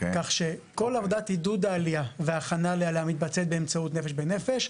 כך שכל עבודת עידוד העלייה וההכנה אליה מתבצע באמצעות "נפש בנפש".